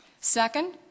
Second